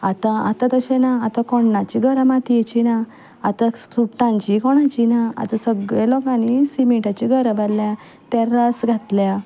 आतां आतां तशें ना आतां कोणांचीं घरां मातयेचीं ना आतां चुडटांचींय कोणांचीं ना आतां सगळे लोकांनी शिमिटाचीं घरां बांदल्यां टॅर्रस घातल्या